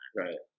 right